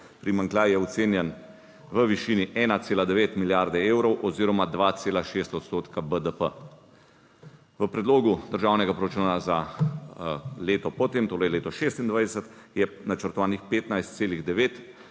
primanjkljaj je ocenjen v višini 1,9 milijarde evrov oziroma 2,6 odstotka BDP. V predlogu državnega proračuna za leto po tem, torej leto 2026, je načrtovanih 15,9